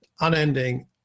unending